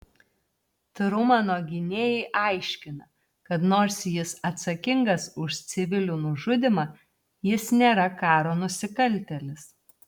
trumano gynėjai aiškina kad nors jis atsakingas už civilių nužudymą jis nėra karo nusikaltėlis